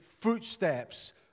footsteps